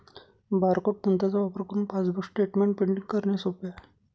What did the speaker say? barcode तंत्राचा वापर करुन पासबुक स्टेटमेंट प्रिंटिंग करणे सोप आहे